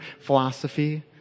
philosophy